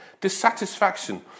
dissatisfaction